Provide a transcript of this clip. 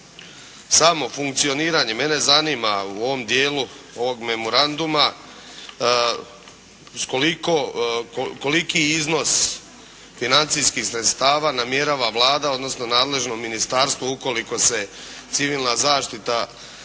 samo funkcioniranje mene zanima u ovom dijelu ovog memoranduma s koliko, koliki iznos financijskih sredstava namjerava Vlada, odnosno nadležno ministarstvo ukoliko se civilna zaštita seli